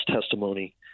testimony